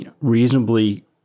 reasonably